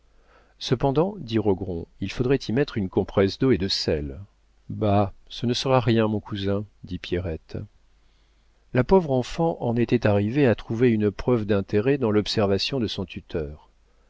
cependant dit rogron il faudrait y mettre une compresse d'eau et de sel bah ce ne sera rien mon cousin dit pierrette la pauvre enfant en était arrivée à trouver une preuve d'intérêt dans l'observation de son tuteur